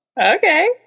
Okay